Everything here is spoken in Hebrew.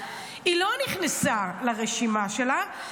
היא לא נכנסה לרשימה שלה,